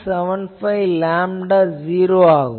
75 lambda 0 ஆகும்